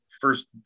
first